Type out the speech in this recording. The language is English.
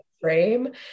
frame